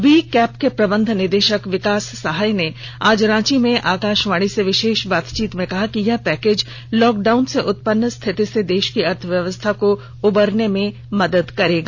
we cap के प्रबंध निदेशक विकास सहाय ने आज रांची में आकाशवाणी से विशेष बातचीत में कहा कि यह पैकेज लॉकडाउन से उत्पन्न स्थिति से देश की अर्थव्यवस्था को उबरने में मदद करेगा